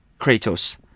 Kratos